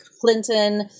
Clinton